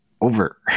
over